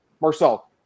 Marcel